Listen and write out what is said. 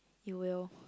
you will